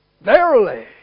verily